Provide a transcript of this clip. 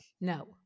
no